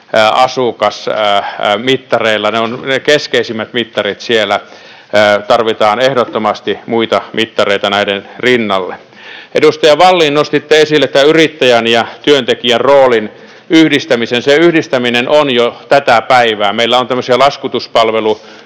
asukas ‑mittareilla. Ne ovat ne keskeisimmät mittarit siellä. Tarvitaan ehdottomasti muita mittareita näiden rinnalle. Edustaja Wallin, nostitte esille tämän yrittäjän ja työntekijän roolin yhdistämisen. Se yhdistäminen on jo tätä päivää. Meillä on tämmöisiä laskutuspalveluyrityksiä,